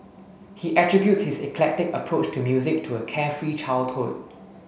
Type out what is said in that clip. he attributes his eclectic approach to music to a carefree childhood